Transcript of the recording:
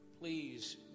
please